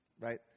right